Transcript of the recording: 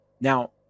Now